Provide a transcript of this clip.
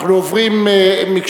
אנחנו עוברים להצבעה,